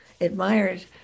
admired